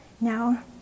Now